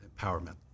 empowerment